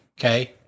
okay